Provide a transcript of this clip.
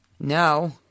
no